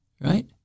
right